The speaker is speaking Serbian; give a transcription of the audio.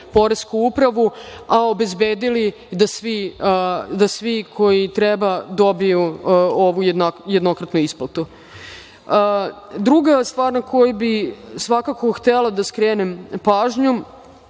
a obezbedili da svi koji treba dobiju ovu jednokratnu isplatu. Druga stvar na koju bih htela da skrenem pažnju